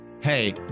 Hey